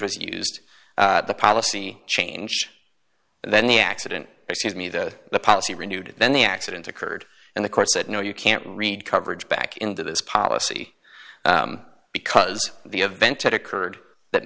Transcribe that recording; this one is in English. was used the policy change and then the accident excuse me that the policy renewed then the accident occurred and the court said no you can't read coverage back into this policy because the event had occurred that